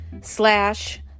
slash